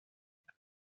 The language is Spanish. vida